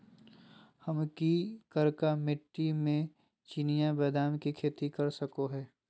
हम की करका मिट्टी में चिनिया बेदाम के खेती कर सको है?